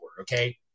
okay